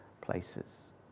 places